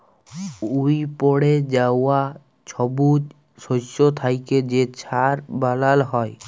উইপড়ে যাউয়া ছবুজ শস্য থ্যাইকে যে ছার বালাল হ্যয়